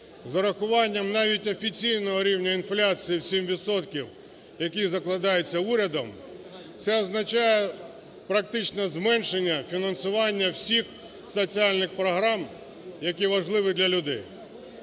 урахуванням навіть офіційного рівня інфляції в 7 відсотків, який закладається урядом, це означає практично зменшення фінансування всіх соціальних програм, які важливі для людей.